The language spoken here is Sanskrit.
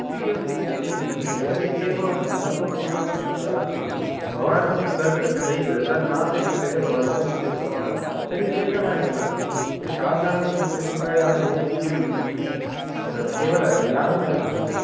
फ़ीचर्स् इत्युक्ते किं गेर् इत्येवं महत्त्वपूर्णं स् अस्ति भवान् तद् नै तद् नापेक्ष्यते भवन्तम् इति उक्तवान् तर्हि क्लेशः एव नास्ति तर्हि साधारणद्विचक्रिकायाने तु किं केवलयानमेवास्ति